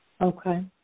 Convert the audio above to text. Okay